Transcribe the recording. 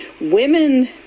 women